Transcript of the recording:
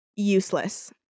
useless